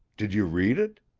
did you read it?